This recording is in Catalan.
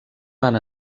van